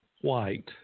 white